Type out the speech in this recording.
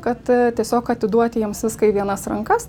kad tiesiog atiduoti jiems viską į vienas rankas